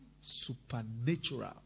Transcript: Supernatural